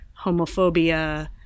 homophobia